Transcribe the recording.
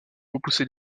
repousser